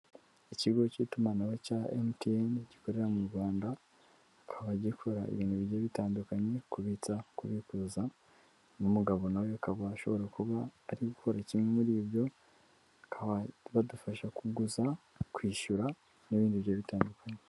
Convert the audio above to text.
Ikigo cy'itumanaho cya MTN gikorera mu Rwanda, kikaba gikora ibintu bigiye bitandukanye kubitsa, kubikuza, uyu mugabo nawe akaba ashobora kuba ari gukora kimwe muri ibyo, bakaba badufasha kuguza, kwishyura n'ibindi bigiye bitandukanye.